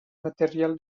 material